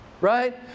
Right